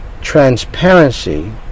transparency